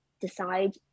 decide